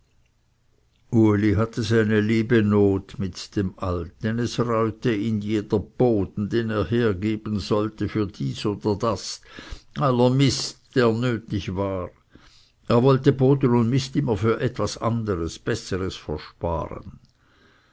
uli hatte seine liebe not mit dem alten es reute ihn jeder boden den er hergeben sollte für dies oder das aller mist der nötig war er wollte boden und mist immer für etwas anderes besseres versparen